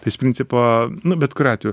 tai iš principo nu bet kuriuo atveju